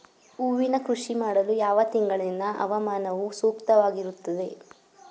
ಹೂವಿನ ಕೃಷಿ ಮಾಡಲು ಯಾವ ತಿಂಗಳಿನ ಹವಾಮಾನವು ಸೂಕ್ತವಾಗಿರುತ್ತದೆ?